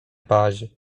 paź